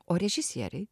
o režisieriai